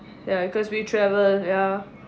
ya cause we travel ya